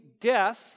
death